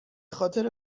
خاطر